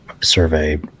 survey